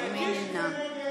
מי נמנע?